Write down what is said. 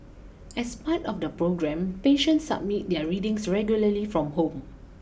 as part of the programme patients submit their readings regularly from home